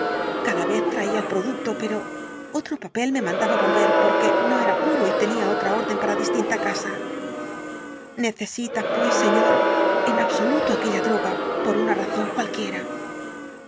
cada vez traía el producto pero otro papel me mandaba volver porque no era puro y tenía otra orden para distinta casa necesita pues señor en absoluto aquella droga por una razón cualquiera